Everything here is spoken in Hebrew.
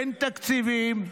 אין תקציבים,